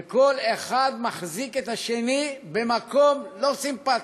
וכל אחד מחזיק את השני במקום לא סימפתי,